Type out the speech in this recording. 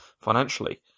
financially